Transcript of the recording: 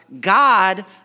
God